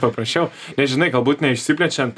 paprasčiau tai žinai galbūt neišsiplečiant